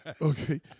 Okay